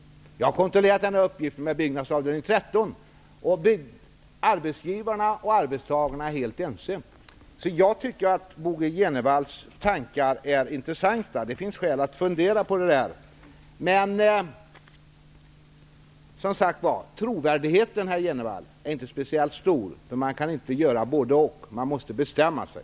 Jag har kontrollerat uppgiften med Byggnads avdelning 13. Arbetsgivare och arbetstagare är helt ense. Jag tycker således att Bo G Jenevalls tankar är intressanta. Det finns skäl att fundera över dessa saker. Men, Bo G Jenevall, trovärdigheten är som sagt inte särskilt stor. Man kan inte göra både--och, utan man måste bestämma sig.